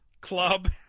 Club